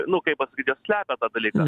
nu kaip pasakyt jos slepia tą dalyką